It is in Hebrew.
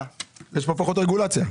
יש פה פחות רגולציה.